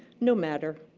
no matter.